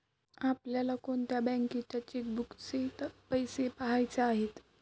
आपल्याला कोणत्या बँकेच्या चेकबुकचे पैसे पहायचे आहे?